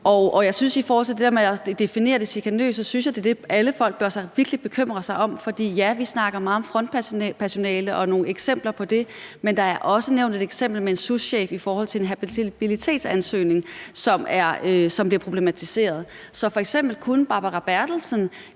I forhold til det med at definere det chikanøse synes jeg, det er det, alle folk virkelig bør bekymre sig om. For ja, vi snakker meget om frontpersonale og nogle eksempler på det, men der er også nævnt et eksempel med en souschef i forhold til en habilitetsansøgning, som bliver problematiseret. Så kunne f.eks. Barbara Bertelsen